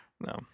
No